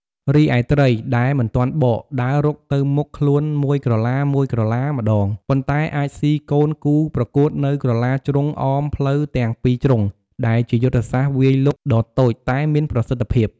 រីឯ ត្រី ដែលមិនទាន់បក ដើររុកទៅមុខខ្លួនមួយក្រឡាៗម្តង ប៉ុន្តែអាចស៊ីកូនគូប្រកួតនៅក្រឡាជ្រុងអមផ្លូវទាំងពីរជ្រុង ដែលជាយុទ្ធសាស្ត្រវាយលុកដ៏តូចតែមានប្រសិទ្ធភាព។